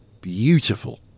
beautiful